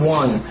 one